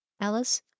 Alice